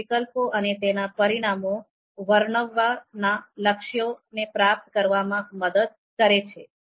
તેઓ વિકલ્પો અને તેના પરિણામો વર્ણવવાના લક્ષ્યને પ્રાપ્ત કરવામાં મદદ કરે છે